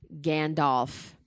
Gandalf